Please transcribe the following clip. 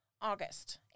August